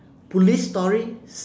police stories